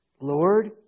Lord